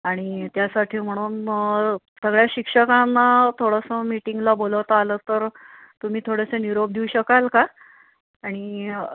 आणि त्यासाठी म्हणून सगळ्या शिक्षकांना थोडंसं मीटिंगला बोलवता आलं तर तुम्ही थोडेसे निरोप देऊ शकाल का आणि